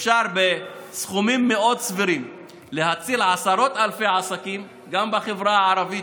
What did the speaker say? אפשר בסכומים מאוד סבירים להציל עשרות אלפי עסקים גם בחברה הערבית,